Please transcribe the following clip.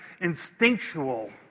instinctual